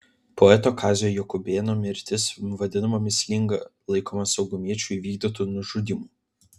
poeto kazio jakubėno mirtis vadinama mįslinga laikoma saugumiečių įvykdytu nužudymu